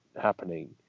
happening